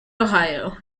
ohio